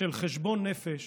של חשבון נפש